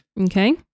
okay